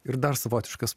ir dar savotiškas